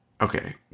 Okay